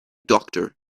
doctor